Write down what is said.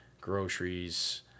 groceries